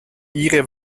ihre